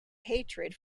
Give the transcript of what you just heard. hatred